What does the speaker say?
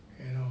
you know